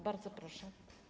Bardzo proszę.